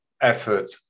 effort